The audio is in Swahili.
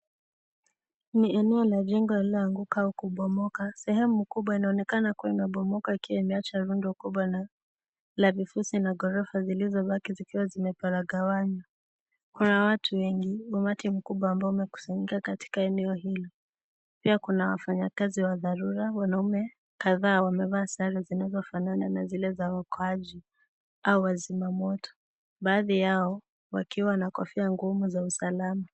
Ni eneo la jumba lililoanguka ama kubomoka . Sehemu kubwa inaonekana kuwa imebomoka na kuacha vundo kubwa la vifusi na ghorofa zilizobaki zikiwa zimeparagawana. Kuna watu wengi; umati mkubwa ambao umekusanyika katika eneo hilo. Pia kuna wafanyikazi wa dharura wanaume kadhaa wamevaa sare zinazofanana na zile za waokoaji au wazimamoto. Baadhi yao wakiwa na kofia ngumu za usalama .